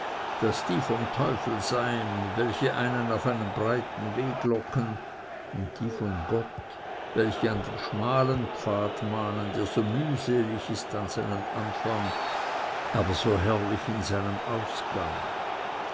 daß die vom teufel seien welche einen auf den breiten weg locken und die von gott welche an den schmalen pfad mahnen der so mühselig ist in seinem anfang aber so herrlich in seinem ausgang